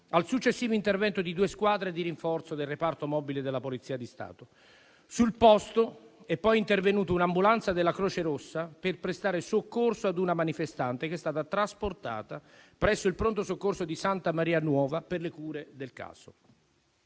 al successivo intervento di due squadre di rinforzo del reparto mobile della Polizia di Stato. Sul posto è poi intervenuto un'ambulanza della Croce Rossa per prestare soccorso ad una manifestante che è stata trasportata presso il pronto soccorso di Santa Maria Nuova per le cure del caso.